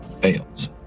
fails